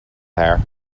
there